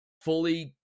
fully